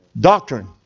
doctrine